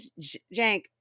jank